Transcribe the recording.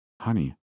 Honey